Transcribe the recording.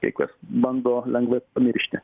kai kas bando lengvai pamiršti